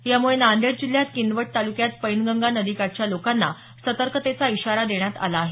यामुळे नांदेड जिल्ह्यात किनवट तालुक्यात पैनगंगा नदी काठच्या लोकांना सर्तकतेचा इशारा देण्यात आला आहे